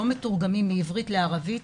לא מתורגמים מעברית לערבית,